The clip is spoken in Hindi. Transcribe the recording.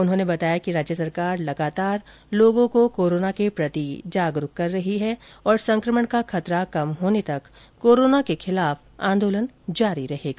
उन्होंने बताया कि राज्य सरकार लगातार लोगों को कोरोना के प्रति जागरुक कर रही है और संक्रमण का खतरा कम होने तक कोरोना के खिलाफ आंदोलन जारी रहेगा